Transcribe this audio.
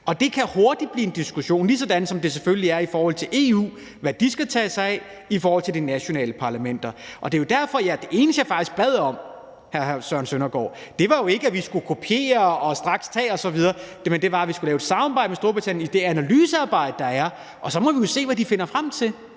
af. Det kan hurtigt blive en diskussion, ligesom det selvfølgelig er en diskussion i forhold til EU, hvad de skal tage sig af i forhold til de nationale parlamenter. Det eneste, jeg faktisk bad om, hr. Søren Søndergaard, var jo ikke, at vi skulle kopiere og straks overtage osv. fra Storbritannien, men det var, at vi skulle lave et samarbejde med Storbritannien i det analysearbejde, der er, og så må vi se, hvad de finder frem til.